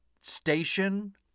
Station